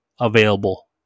available